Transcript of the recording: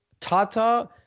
Tata